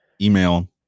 Email